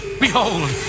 Behold